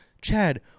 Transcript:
Chad